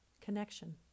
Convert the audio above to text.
Connection